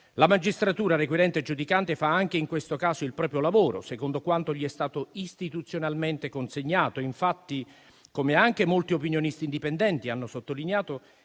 La magistratura requirente e giudicante fa anche in questo caso il proprio lavoro, secondo quanto gli è stato istituzionalmente consegnato. Infatti - come anche molti opinionisti indipendenti hanno sottolineato